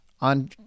on